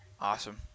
Awesome